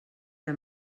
ara